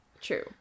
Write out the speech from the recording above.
True